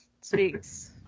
speaks